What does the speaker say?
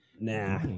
Nah